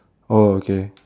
oh okay